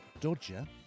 Dodger